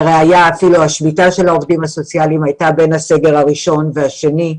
לראיה אפילו השביתה של העובדים הסוציאליים הייתה בין הסגר הראשון לשני,